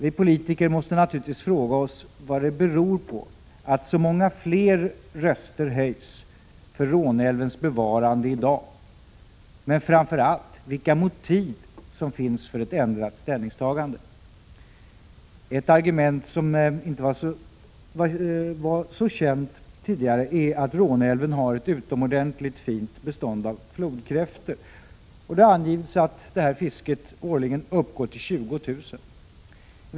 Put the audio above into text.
Vi politiker måste naturligtvis fråga oss vad det beror på att många fler röster höjs för Råneälvens bevarande i dag, men framför allt vilka motiv som finns för ett ändrat ställningstagande. Ett argument som tidigare inte varit så känt är att Råneälven har ett utomordentligt fint bestånd av flodkräftor. Det har angivits att fisket årligen uppgår till 20 000 kräftor.